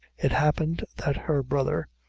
it happened that her brother,